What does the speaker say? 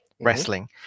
wrestling